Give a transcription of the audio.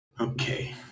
Okay